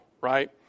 right